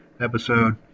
episode